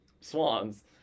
swans